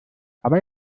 aber